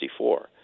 1964